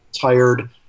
tired